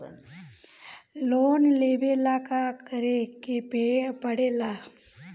Loan लेबे ला का करे के पड़े ला?